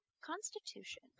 Constitution